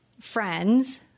Friends